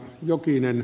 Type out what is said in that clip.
jokinen